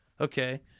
okay